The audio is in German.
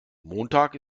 montag